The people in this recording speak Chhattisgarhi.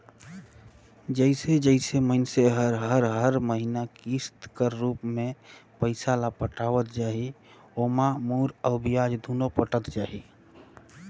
जइसे जइसे मइनसे हर हर महिना किस्त कर रूप में पइसा ल पटावत जाही ओाम मूर अउ बियाज दुनो पटत जाही